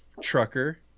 trucker